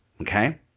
okay